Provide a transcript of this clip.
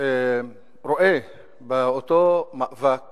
רואה באותו מאבק